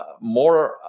more